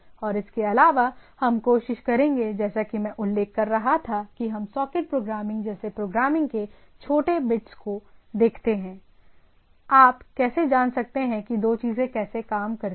और इसके अलावा हम कोशिश करेंगे जैसा कि मैं उल्लेख कर रहा था कि हम सॉकेट प्रोग्रामिंग जैसे प्रोग्रामिंग के छोटे बिट्स को देखते हैं आप कैसे जान सकते हैं कि दो चीजें कैसे काम करती हैं